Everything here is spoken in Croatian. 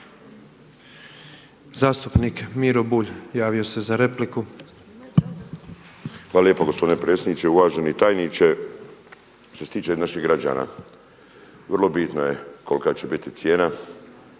Zastupnik Miro Bulj javio se za repliku. **Bulj, Miro (MOST)** Hvala lijepo gospodine predsjedniče, uvaženi tajniče. Što se tiče naših građana vro bitno je kolika će biti cijena